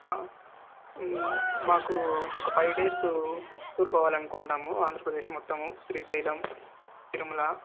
మాకు ఒక five days tour పోవాలని అనుకుంటున్నాము ఆంధ్రప్రదేశ్ మొత్తము శ్రీశైలం తిరుమల